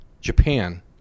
Japan